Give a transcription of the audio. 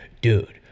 dude